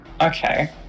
Okay